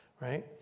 right